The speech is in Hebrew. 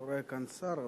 אני לא רואה כאן שר.